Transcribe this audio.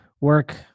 work